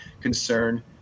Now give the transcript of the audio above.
concern